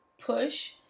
push